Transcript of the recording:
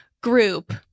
group